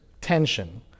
tension